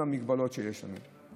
עם המגבלות שיש לנו.